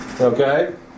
Okay